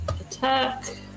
attack